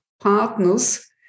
partners